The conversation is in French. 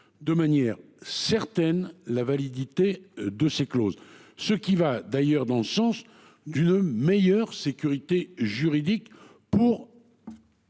de manière certaine, la validité de ces clauses, ce qui va dans le sens d’une meilleure sécurité juridique pour